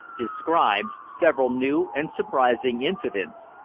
describes several new and surprising incidents,